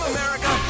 America